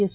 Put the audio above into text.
S